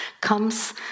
comes